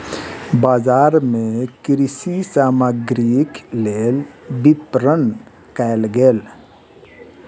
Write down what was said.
बजार मे कृषि सामग्रीक लेल विपरण कयल गेल